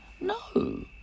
No